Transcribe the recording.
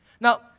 Now